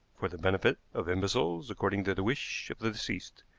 for the benefit of imbeciles according to the wish of the deceased,